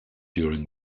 during